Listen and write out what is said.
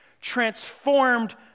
transformed